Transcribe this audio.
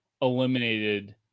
eliminated